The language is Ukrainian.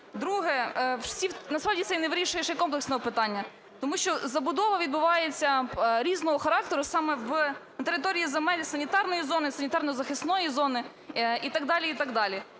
Друге. Насправді, це не вирішує ще комплексного питання. Тому що забудова відбувається різного характеру саме на території земель санітарної зони, санітарно-захисної зони і так далі,